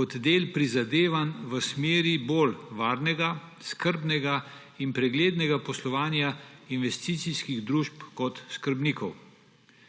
kot del prizadevanj v smeri bolj varnega, skrbnega in preglednega poslovanja investicijskih družb kot skrbnikov.